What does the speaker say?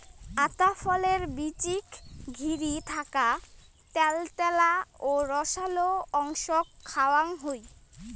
আতা ফলের বীচিক ঘিরি থাকা ত্যালত্যালা ও রসালো অংশক খাওয়াং হই